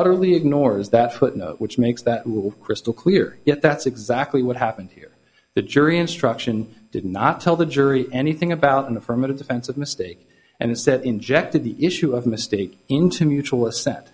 utterly ignores that footnote which makes that crystal clear yet that's exactly what happened here the jury instruction did not tell the jury anything about an affirmative defense of mistake and instead injected the issue of mistake into mutual assent